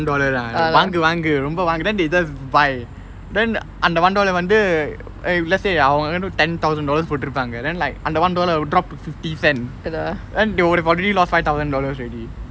வாங்கு வாங்கு ரொம்ப வாங்கு:vaangu vaangu romba vaangu then they just buy then அந்த:antha one dollar வந்து:vanthu eh let's say அவங்க:avanga ten thousand dollars போற்றும்மாங்க:pottrupaanga then like அந்த:antha one dollar drop to fifty cents then they would have already lost five thousand dollars already